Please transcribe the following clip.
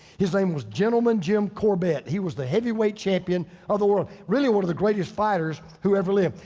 his name was, gentleman, jim corbett, he was the heavyweight champion of the world, really one of the greatest fighters who ever lived.